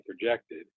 projected